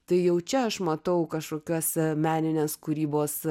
tai jau čia aš matau kažkokios meninės kūrybos